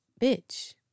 bitch